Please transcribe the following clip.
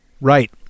Right